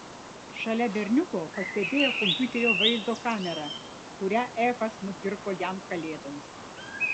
šalia berniuko pastebėjo kompiuterio vaizdo kamerą kurią efas nupirko jam kalėdoms